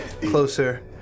closer